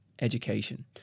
education